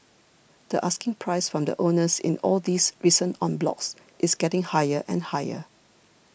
the asking price from the owners in all these recent en blocs is getting higher and higher